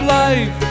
life